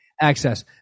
access